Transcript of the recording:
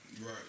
Right